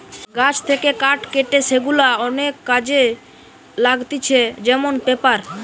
গাছ থেকে কাঠ কেটে সেগুলা অনেক কাজে লাগতিছে যেমন পেপার